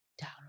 Down